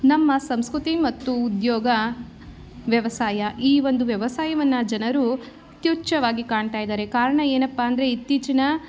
ನಮ್ಮ ಸಂಸ್ಕೃತಿ ಮತ್ತು ಉದ್ಯೋಗ ವ್ಯವಸಾಯ ಈ ಒಂದು ವ್ಯವಸಾಯವನ್ನು ಜನರು ತುಚ್ಛವಾಗಿ ಕಾಣ್ತಾಯಿದ್ದಾರೆ ಕಾರಣ ಏನಪ್ಪ ಅಂದ್ರೆ ಇತ್ತೀಚಿನ